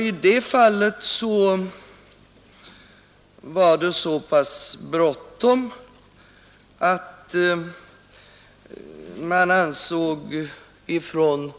I det fallet var det så pass bråttom att man från